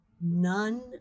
none